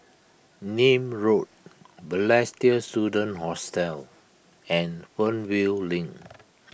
Nim Road Balestier Student Hostel and Fernvale Link